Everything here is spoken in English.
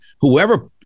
whoever